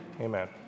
Amen